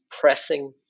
pressing